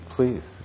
Please